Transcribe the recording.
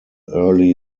early